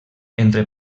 entre